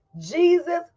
Jesus